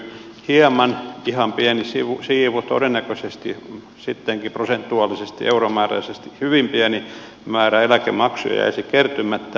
hieman ihan pieni siivu todennäköisesti sittenkin prosentuaalisesti euromääräisesti hyvin pieni määrä eläkemaksuja jäisi kertymättä